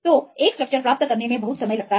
तो एक स्ट्रक्चर प्राप्त करने में बहुत समय लगता है